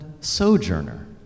sojourner